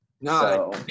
no